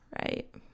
Right